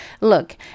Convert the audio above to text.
look